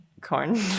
corn